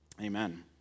amen